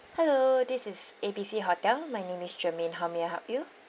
hello this is A B C hotel my is germaine how may I help you